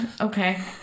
Okay